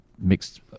mixed